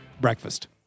breakfast